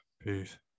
Peace